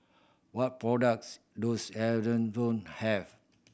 what products does have